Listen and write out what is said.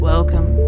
Welcome